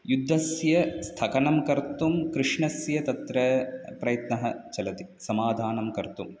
युद्धस्य स्थगनं कर्तुं कृष्णस्य तत्र प्रयत्नः चलति समाधानं कर्तुम्